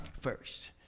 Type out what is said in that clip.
First